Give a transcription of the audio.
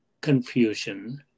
confusion